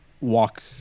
walk